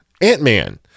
Ant-Man